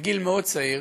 בגיל מאוד צעיר,